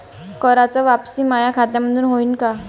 कराच वापसी माया खात्यामंधून होईन का?